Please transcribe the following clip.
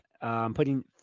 putting